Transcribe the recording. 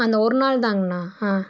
அந்த ஒரு நாள் தாங்ண்ணா ஆ